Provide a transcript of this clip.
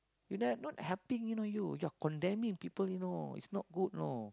you like not helping you know you you are condemning people you know it's good know